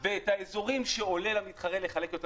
ואת האזורים שעולה למתחרה לחלק יותר